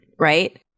right